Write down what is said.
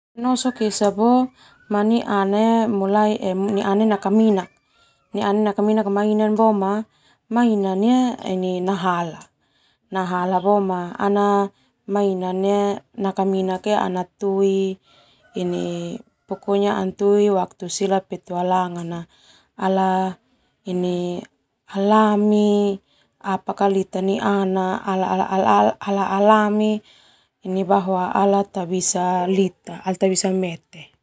Ledonosok esa boema ni'iana ia nakaminak mainan boema mainan ia nahala ana tui sila petualangan ala alami bahwa ala tabisa mete.